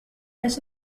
less